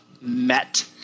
Met